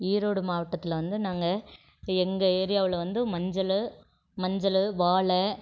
ஈரோடு மாவட்டத்தில் வந்து நாங்கள் எங்கள் ஏரியாவில் வந்து மஞ்சள் மஞ்சள் வாழை